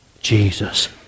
Jesus